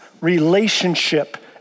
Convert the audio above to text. relationship